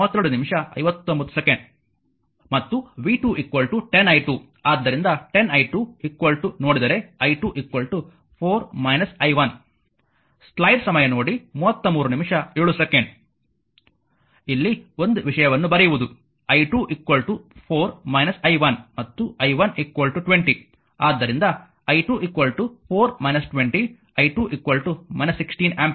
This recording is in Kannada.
ಮತ್ತು v2 10 i2 ಆದ್ದರಿಂದ 10 i2 ನೋಡಿದರೆ i2 4 i 1 ಇಲ್ಲಿ ಒಂದು ವಿಷಯವನ್ನು ಬರೆಯುವುದು i2 4 i1 ಮತ್ತು i1 20 ಆದ್ದರಿಂದ i2 4 20 i2 16 ಆಂಪಿಯರ್